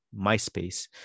MySpace